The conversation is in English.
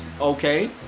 okay